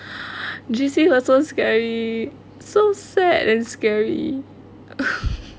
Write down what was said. J_C was so scary so sad and scary